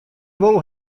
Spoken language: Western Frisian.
wol